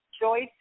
Joyce